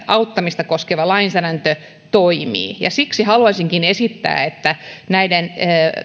auttamista koskeva lainsäädäntö toimii siksi haluaisinkin esittää että näiden